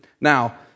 Now